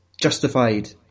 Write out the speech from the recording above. Justified